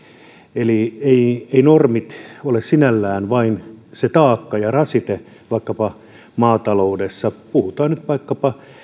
eli eivät normit ole sinällään vain taakka ja rasite vaikkapa maataloudessa puhutaan nyt vaikkapa